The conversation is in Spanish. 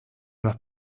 más